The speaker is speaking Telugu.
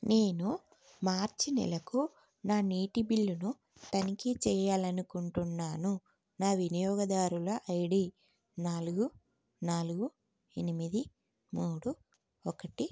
నేను మార్చి నెలకు నా నీటి బిల్లును తనిఖీ చెయ్యాలి అనుకుంటున్నాను నా వినియోగదారుల ఐడి నాలుగు నాలుగు ఎనిమిది మూడు ఒకటి ఆరు